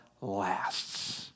lasts